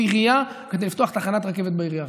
עירייה כדי לפתוח תחנת רכבת בעירייה.